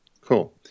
Cool